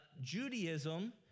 Judaism